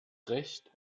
recht